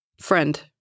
friend